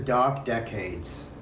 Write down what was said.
dark decades.